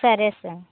సరే సార్